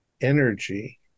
energy